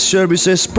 Services